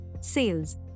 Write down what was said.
sales